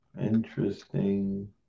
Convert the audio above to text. Interesting